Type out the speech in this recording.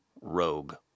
Rogue